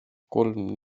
kolm